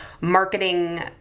marketing